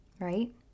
Right